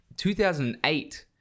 2008